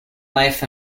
life